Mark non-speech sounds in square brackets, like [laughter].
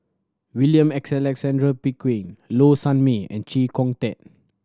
William [unintelligible] Alexander Pickering Low Sanmay and Chee Kong Tet